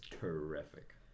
terrific